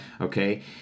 Okay